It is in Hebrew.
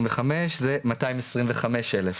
וחמש זה מאתיים עשרים וחמישה אלף.